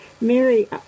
Mary